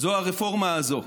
זו הרפורמה הזו.